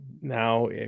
Now